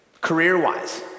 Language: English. career-wise